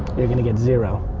you're gonna get zero.